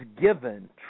given